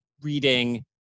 reading